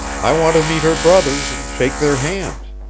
i want to meet her brothers and shake their hands.